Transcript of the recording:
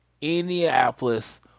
Indianapolis